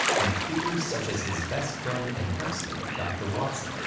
and figures such as his best friend and housemate doctor watson,